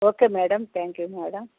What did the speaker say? okay madam thank you madam